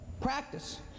practice